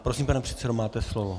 Prosím, pane předsedo, máte slovo.